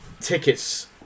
tickets